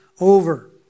over